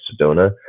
Sedona